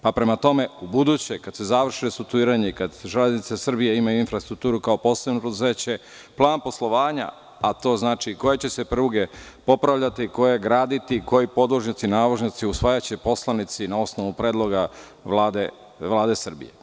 Prema tome, ubuduće, kada se završi restrukturiranje i kada „Železnica Srbije“ ima infrastrukturu kao posebno preduzeće, plan poslovanja, a to znači koje će se pruge popravljati, koje graditi, koji podvožnjaci, nadvožnjaci, usvajaće poslanici na osnovu predloga Vlade Srbije.